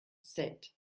sept